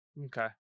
Okay